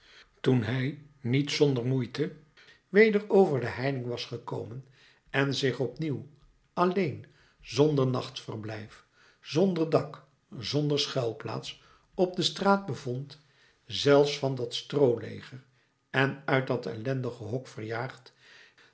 toen hij niet zonder moeite weder over de heining was gekomen en zich opnieuw alleen zonder nachtverblijf zonder dak zonder schuilplaats op de straat bevond zelfs van dat strooleger en uit dat ellendig hok verjaagd